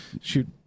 shoot